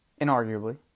inarguably